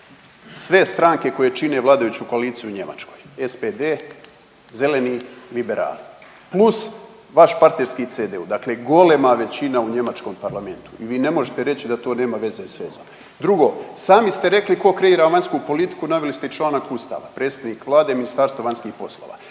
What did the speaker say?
sve stranke koje čine vladajuću koaliciju u Njemačkoj, SPD, Zeleni, liberali. Plus vas vaš partnerski CDU, dakle golema većina u njemačkom parlamentu, vi ne možete reći da to nema veze s vezom. Drugo, sami ste rekli tko kreira vanjsku politiku, naveli ste i članak Ustava, predsjednik Vlade, Ministarstvo vanjskih poslova,